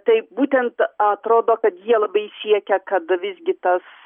tai būtent atrodo kad jie labai siekia kad visgi tas